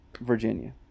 Virginia